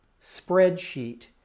spreadsheet